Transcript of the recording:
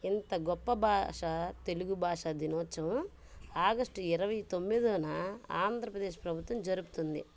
ఇంత గొప్ప భాష తెలుగు భాషా దినోత్సవం ఆగస్టు ఇరవై తొమ్మిదోన ఆంధ్రప్రదేశ్ ప్రభుత్వం జరుపుతుంది